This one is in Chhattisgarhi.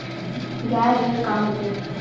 गैर ऋण का होथे?